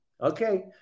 Okay